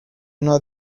know